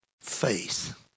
faith